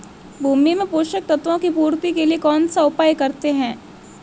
भूमि में पोषक तत्वों की पूर्ति के लिए कौनसा उपाय करते हैं?